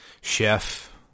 Chef